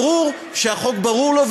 שיהיה ברור שהחוק ברור לו,